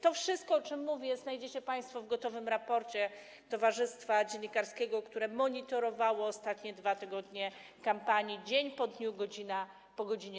To wszystko, o czym mówię, znajdziecie państwo w gotowym raporcie Towarzystwa Dziennikarskiego, które monitorowało ostatnie dwa tygodnie kampanii, dzień po dniu, godzina po godzinie.